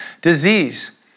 disease